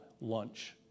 lunch